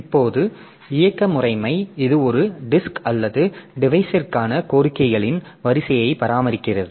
இப்போது இயக்க முறைமை இது ஒரு டிஸ்க் அல்லது டிவைஸ்ற்கான கோரிக்கைகளின் வரிசையை பராமரிக்கிறது